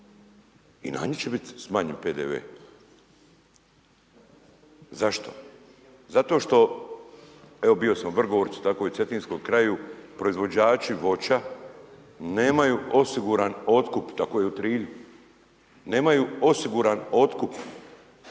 I na nju će biti smanjen PDV, zašto?* Zato što, evo bio sam u Vrgorcu, tako i u Cetinskom kraju, proizvođači voća nemaju osiguran otkup, tako i u Trilju, nemaju osiguran otkup,